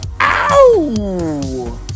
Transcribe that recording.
Ow